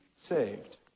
saved